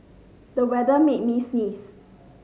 the weather made me sneeze